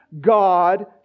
God